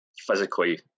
physically